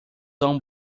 tão